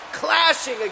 Clashing